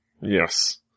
Yes